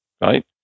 right